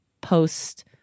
post